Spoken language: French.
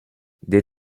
des